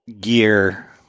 gear